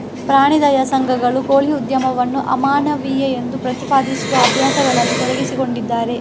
ಪ್ರಾಣಿ ದಯಾ ಸಂಘಗಳು ಕೋಳಿ ಉದ್ಯಮವನ್ನು ಅಮಾನವೀಯವೆಂದು ಪ್ರತಿಪಾದಿಸುವ ಅಭ್ಯಾಸಗಳಲ್ಲಿ ತೊಡಗಿಸಿಕೊಂಡಿದ್ದಾರೆ